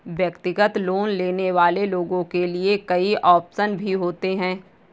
व्यक्तिगत लोन लेने वाले लोगों के लिये कई आप्शन भी होते हैं